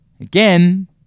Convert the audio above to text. Again